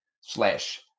slash